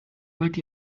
wollt